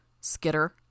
Skitter